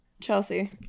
Chelsea